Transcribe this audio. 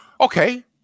Okay